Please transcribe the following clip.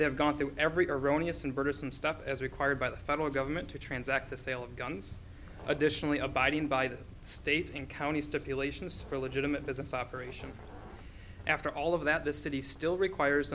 they have gone through every erroneous and burdensome stuff as required by the federal government to transact the sale of guns additionally abiding by the state and county stipulations for a legitimate business operation after all of that the city still requires